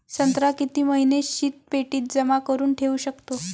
संत्रा किती महिने शीतपेटीत जमा करुन ठेऊ शकतो?